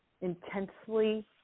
intensely